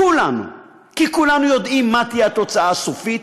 כולנו, כי כולנו יודעים מה תהיה התוצאה הסופית,